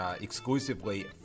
exclusively